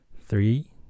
Three